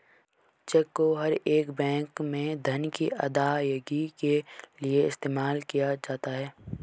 check को हर एक बैंक में धन की अदायगी के लिये इस्तेमाल किया जाता है